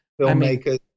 filmmakers